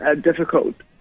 difficult